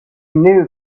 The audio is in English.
knew